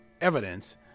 evidence